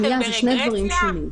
אתם ברגרסיה?